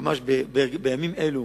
בימים אלו